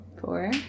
Four